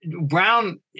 Brown